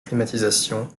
climatisation